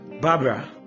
Barbara